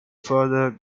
further